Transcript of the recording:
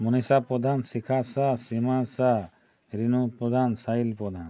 Manisha Padhan Shikha Saha Shriman Saha Rinu Padhan Sahil Padhan